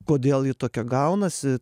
kodėl ji tokia gaunasi